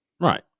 Right